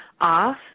off